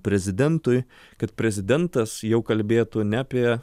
prezidentui kad prezidentas jau kalbėtų ne apie